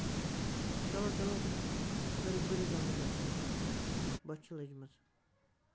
چلو چلو کٔریو کٔریو جلدی جلدی بوٚچھِ چھِ لٔجمٕژ